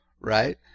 right